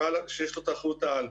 שיש לו את אחריות העל.